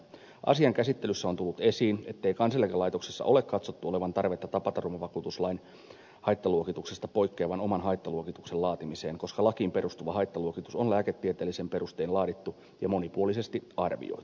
asian käsittelyssä on tullut esiin ettei kansaneläkelaitoksessa ole katsottu olevan tarvetta tapaturmavakuutuslain haittaluokituksesta poikkeavan oman haittaluokituksen laatimiseen koska lakiin perustuva haittaluokitus on lääketieteellisin perustein laadittu ja monipuolisesti arvioitu